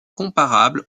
comparable